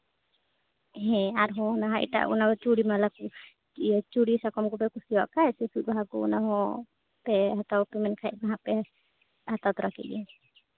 ᱦᱮᱸ ᱟᱨᱦᱚᱸ ᱱᱟᱦᱟᱜ ᱮᱴᱟᱜ ᱪᱩᱲᱤ ᱢᱟᱞᱟ ᱠᱚ ᱪᱩᱲᱤ ᱥᱟᱠᱟᱢ ᱠᱚᱯᱮ ᱠᱩᱥᱤᱭᱟᱜ ᱠᱷᱟᱡ ᱥᱩᱫ ᱵᱟᱦᱟ ᱠᱚ ᱚᱱᱟ ᱦᱚᱸ ᱯᱮ ᱦᱟᱛᱟᱣ ᱯᱮ ᱢᱮᱱ ᱠᱷᱟᱡ ᱫᱚ ᱦᱟᱸᱜ ᱯᱮ ᱦᱟᱛᱟᱣ ᱛᱚᱨᱟ ᱠᱮᱜ ᱜᱮ